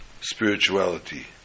spirituality